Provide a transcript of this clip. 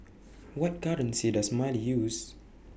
What currency Does Mali use